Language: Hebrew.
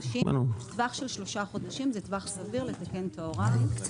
טווח של 3 חודשים זה טווח סביר לתקן את ההוראה.